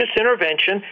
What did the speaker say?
intervention